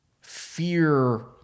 fear